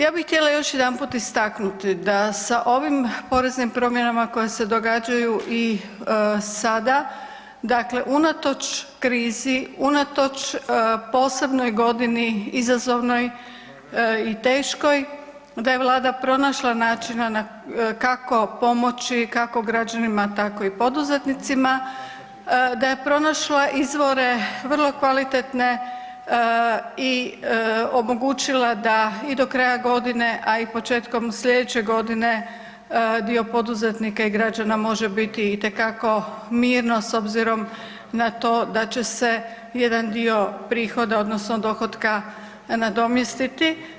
Ja bih htjela još jedanput istaknuti da sa ovim poreznim promjenama koje se događaju i sada, dakle unatoč krizi, unatoč posebnoj godini izazovnoj i teškoj da je Vlada pronašla načina kako pomoći, kao građanima tako i poduzetnicima, da je pronašla izvore vrlo kvalitetne i omogućila da i do kraja godine, a i početkom slijedeće godine dio poduzetnika i građana može biti itekako mirno s obzirom na to da će se jedan dio prihoda odnosno dohotka nadomjestiti.